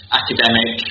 academic